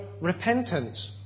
repentance